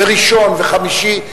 וראשון וחמישי.